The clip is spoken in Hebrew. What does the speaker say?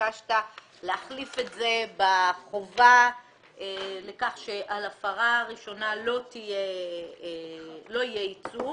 ביקשת להחליף את זה בחובה לכך שעל הפרה ראשונה לא יהיה עיצום